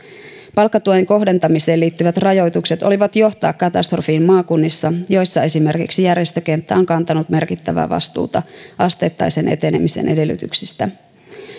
palkkatuen kohdentamiseen liittyvät rajoitukset olivat johtaa katastrofiin maakunnissa joissa esimerkiksi järjestökenttä on kantanut merkittävää vastuuta asteittaisen etenemisen edellytyksistä